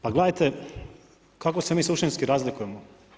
Pa gledajte, kako se mi suštinski razlikujemo.